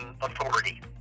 authority